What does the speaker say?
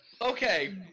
Okay